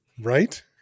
Right